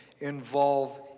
involve